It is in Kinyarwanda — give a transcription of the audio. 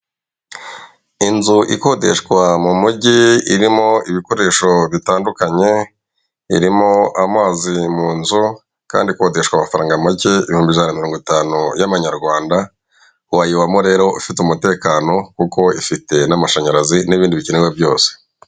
Inzu ukodeshwa mi mujyi irimo ibikoresho bitandukanye irimo amazi mu nzu kandi ikodeshwa amafaranga make ibihumbi ijana na mirongo itanu y'amanyarwanda wayibamo rero ufite umutekano kuko ifite n'amashanyarazi n'ibindi bikenerwa byose.